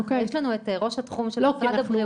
יש לנו את ראש התחום של משרד הבריאות.